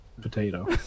potato